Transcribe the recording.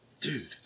Dude